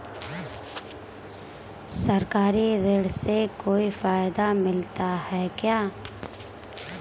सरकारी ऋण से कोई फायदा मिलता है क्या?